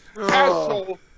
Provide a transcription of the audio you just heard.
asshole